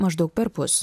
maždaug perpus